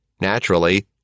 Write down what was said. Naturally